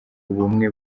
ubumwe